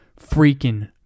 freaking